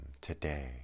today